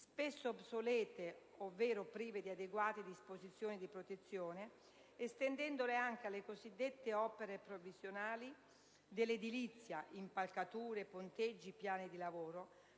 spesso obsolete ovvero prive di adeguati dispositivi di protezione, estendendole anche alle cosiddette "opere provvisionali" dell'edilizia (impalcature, ponteggi, piani di lavoro),